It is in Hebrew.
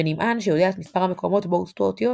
ונמען שיודע את מספר המקומות בו הוסטו האותיות